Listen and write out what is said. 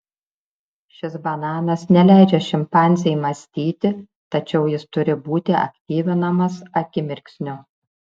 šis bananas neleidžia šimpanzei mąstyti tačiau jis turi būti aktyvinamas akimirksniu